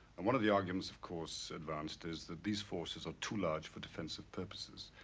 and one of the arguments, of course, advanced is that these forces are too large for defensive purposes.